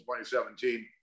2017